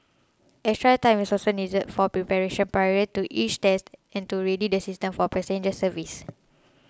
extra time is also needed for preparation prior to each test and to ready the systems for passenger service